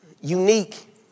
unique